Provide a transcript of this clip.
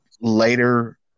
later